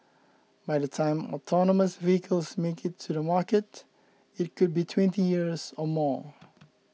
by the time autonomous vehicles make it to the market it could be twenty years or more